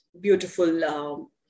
beautiful